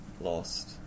lost